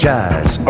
Jazz